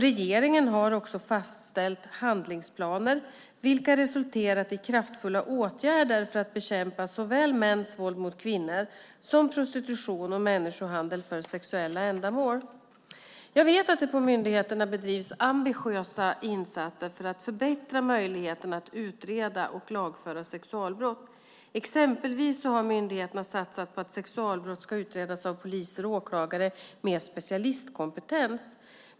Regeringen har också fastställt handlingsplaner vilka resulterat i kraftfulla åtgärder för att bekämpa såväl mäns våld mot kvinnor som prostitution och människohandel för sexuella ändamål. Jag vet att det på myndigheterna bedrivs ambitiösa insatser för att förbättra möjligheterna att utreda och lagföra sexualbrott. Exempelvis har myndigheterna satsat på att sexualbrott ska utredas av poliser och åklagare med specialistkompetens.